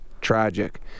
tragic